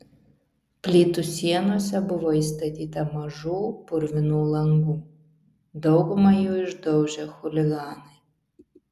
plytų sienose buvo įstatyta mažų purvinų langų daugumą jų išdaužė chuliganai